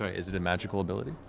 ah is it a magical ability?